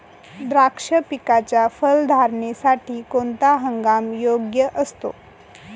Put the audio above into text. द्राक्ष पिकाच्या फलधारणेसाठी कोणता हंगाम योग्य असतो?